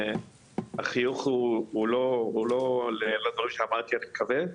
החיוך הוא לא לדברים שאמרתי אני מקווה,